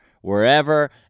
wherever